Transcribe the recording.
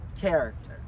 character